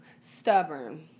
Stubborn